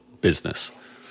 business